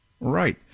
Right